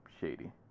shady